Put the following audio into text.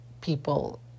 people